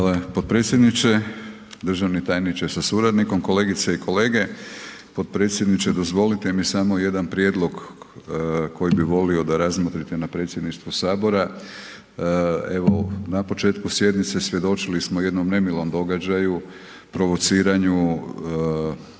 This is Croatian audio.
Hvala potpredsjedniče, državni tajniče sa suradnikom, kolegice i kolege. Potpredsjedniče, dozvolite mi samo jedan prijedlog koji bi volio da razmotrite na predsjedništvu Sabora, evo na početku sjednice svjedočili smo jednom nemilom događaju, provociranju,